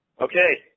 Okay